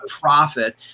profit